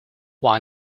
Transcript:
why